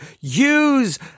Use